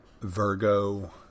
Virgo